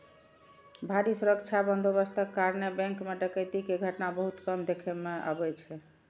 भारी सुरक्षा बंदोबस्तक कारणें बैंक मे डकैती के घटना बहुत कम देखै मे अबै छै